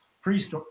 priest